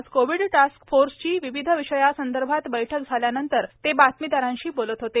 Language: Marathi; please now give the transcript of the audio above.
आज कोविड टास्कफोर्सची विविध विषया संदर्भात बैठक झाल्यानंतर ते बातमीदारांशी बोलत होते